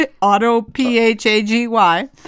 auto-p-h-a-g-y